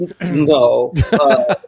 No